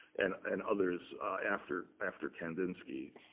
and and others after after kandinsky.